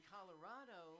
Colorado